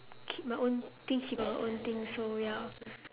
keep my own thing she got her own thing so ya